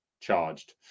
charged